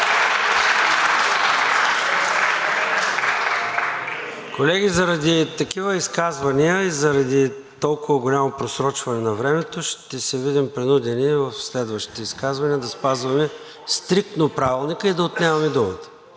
Колеги, заради такива изказвания и заради толкова голямо просрочване на времето ще се видим принудени в следващите изказвания да спазваме стриктно Правилника и да отнемаме думата.